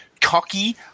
cocky